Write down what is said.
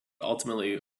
ultimately